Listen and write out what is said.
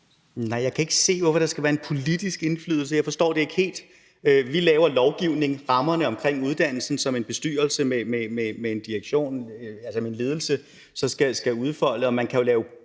(SF): Jeg kan ikke se, hvorfor der skal være en politisk indflydelse. Jeg forstår det ikke helt. Vi laver lovgivningen, rammerne omkring uddannelsen, som en bestyrelse med en direktion,